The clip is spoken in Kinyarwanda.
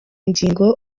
ngingo